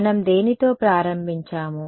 మనం దేనితో ప్రారంభించాము